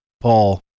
paul